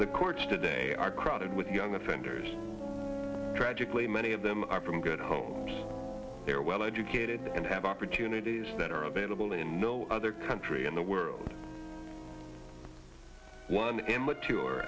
the courts today are crowded with young offenders tragically many of them are from good homes they're well educated and have opportunities that are available in no other country in the world one immature